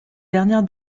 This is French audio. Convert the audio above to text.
dernière